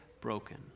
broken